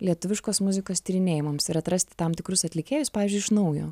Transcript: lietuviškos muzikos tyrinėjimams ir atrasti tam tikrus atlikėjus pavyzdžiui iš naujo